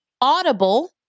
audible